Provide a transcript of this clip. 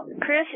Chris